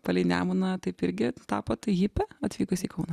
palei nemuną taip irgi tapot hipe atvykus į kauną